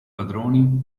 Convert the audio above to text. padroni